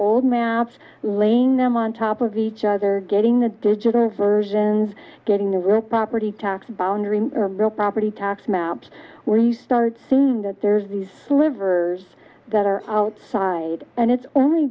old maps laying them on top of each other getting the digital versions getting the word property tax boundary real property tax maps where you start seeing that there's these slivers that are outside and it's only